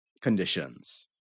conditions